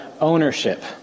ownership